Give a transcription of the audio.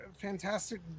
fantastic